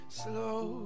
slow